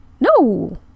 No